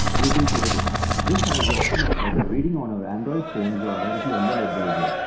google play books. this has the option of either reading on our android phones or directly on the web browser.